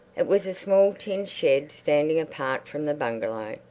it was a small tin shed standing apart from the bungalow.